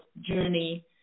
journey